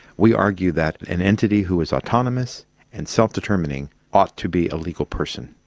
we argue that an entity who was autonomous and self-determining ought to be a legal person.